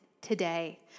today